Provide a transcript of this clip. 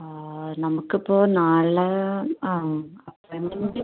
നമുക്കിപ്പോൾ നാളെ ആ രണ്ടും കൂടി